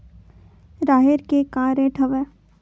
राहेर के का रेट हवय?